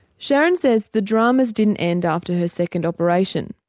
sharon says the dramas didn't end after her second operation,